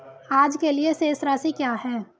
आज के लिए शेष राशि क्या है?